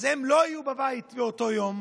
אז הם באותו יום